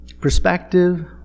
Perspective